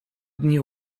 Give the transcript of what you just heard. dni